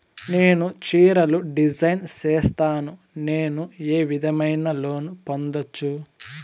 నేను చీరలు డిజైన్ సేస్తాను, నేను ఏ విధమైన లోను పొందొచ్చు